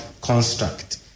construct